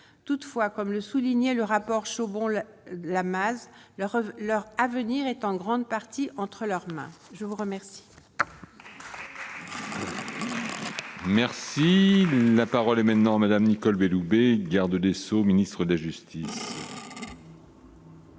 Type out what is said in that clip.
toutefois, comme le soulignait le rapport Chaumont le le Hamas leur rêve, leur avenir est en grande partie entre leurs mains, je vous remercie. Merci, la parole est maintenant Madame Nicole Belloubet, garde des Sceaux, ministre de la justice. Monsieur